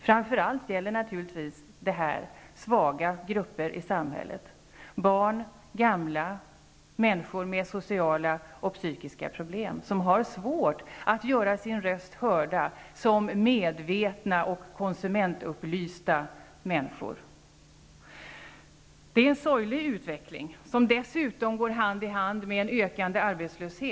Framför allt gäller detta svaga grupper i samhället, barn, gamla, människor med sociala och psykiska problem, som har svårt att göra sina röster hörda som medvetna och konsumentupplysta människor. Det är en sorglig utveckling. Den går dessutom hand i hand med en ökande arbetslöshet.